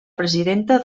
presidenta